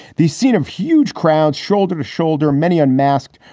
the scene of huge crowds shoulder to shoulder, many unmasked,